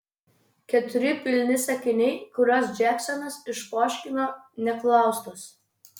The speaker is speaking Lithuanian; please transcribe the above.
keturi pilni sakiniai kuriuos džeksonas išpoškino neklaustas